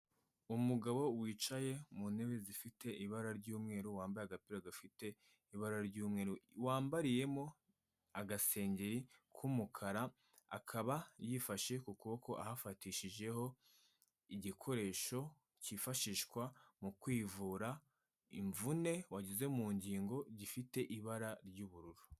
Umugabo wicaye mu ntebe zifite ibara ry'umweru wambaye agapira gafite ibara ry'umweru wambariyemo agasengengeri k'umukara akaba yifashe ku kuboko ahafatishijeho igikoresho cyifashishwa mu kwivura imvune wagize mu ngingo gifite ibara ry'ubururu.